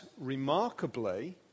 remarkably